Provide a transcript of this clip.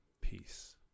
Peace